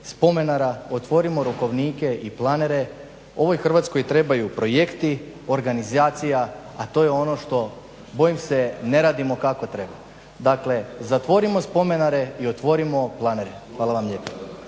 spomenara, otvorimo rokovnike i planere. Ovoj Hrvatskoj trebaju projekti, organizacija a to je ono što bojim se ne radimo kako treba. Dakle, zatvorimo spomenare i otvorimo planere. Hvala vam lijepa.